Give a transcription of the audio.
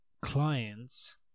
clients